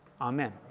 amen